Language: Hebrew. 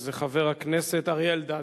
אז חבר הכנסת אריה אלדד.